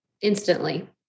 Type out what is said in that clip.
instantly